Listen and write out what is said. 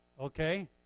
Okay